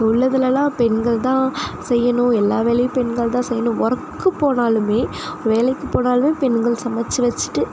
இப்போது உள்ளதிலலாம் பெண்கள் தான் செய்யணும் எல்லா வேலையும் பெண்கள் தான் செய்யணும் ஒர்க்கு போனாலும் வேலைக்கு போனாலும் பெண்கள் சமைச்சி வச்சுட்டு